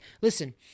listen